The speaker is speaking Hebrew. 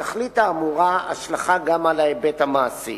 לתכלית האמורה השלכה גם על ההיבט המעשי,